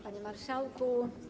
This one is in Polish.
Panie Marszałku!